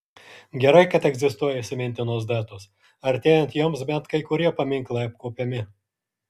gerai kad egzistuoja įsimintinos datos artėjant joms bent kai kurie paminklai apkuopiami